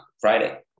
Friday